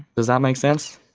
does that make sense?